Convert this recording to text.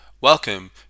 Welcome